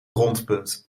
rondpunt